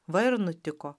va ir nutiko